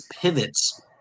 pivots